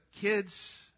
kids